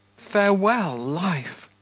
farewell, life!